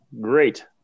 great